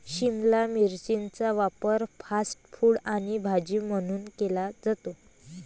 शिमला मिरचीचा वापर fast food आणि भाजी म्हणून केला जातो